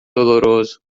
doloroso